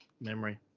memory